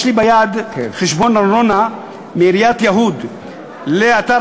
יש לי ביד חשבון ארנונה מעיריית יהוד לאתר